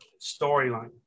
storyline